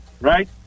right